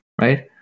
right